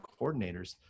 coordinators